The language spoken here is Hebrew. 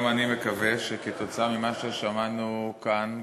גם אני מקווה שכתוצאה ממה ששמענו כאן,